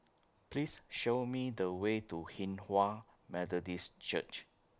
Please Show Me The Way to Hinghwa Methodist Church